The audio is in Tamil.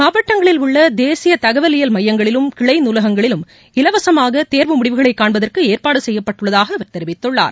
மாவட்டங்களில் உள்ள தேசிய தகவல் இயல் மையங்களிலும் கிளை நாலகங்களிலும் இலவசமாக தேர்வு முடிவுகள் காண்பதற்கு ஏற்பாடு செய்யப்பட்டுள்ளதாக அவர் தெரிவித்துள்ளார்